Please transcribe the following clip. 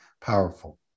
powerful